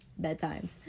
bedtimes